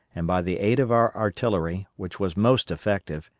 and by the aid of our artillery, which was most effective,